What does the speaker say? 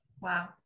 wow